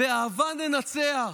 "באהבה ננצח".